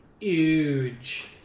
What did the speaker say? huge